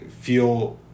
feel